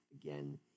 again